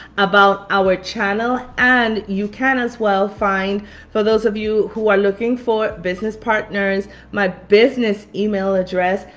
about our channel, and you can as well find for those of you who are looking for business partners my business email address,